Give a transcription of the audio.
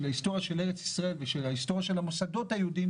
ההיסטוריה של ארץ ישראל ושל המוסדות היהודים,